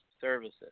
services